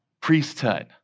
priesthood